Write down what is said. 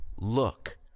Look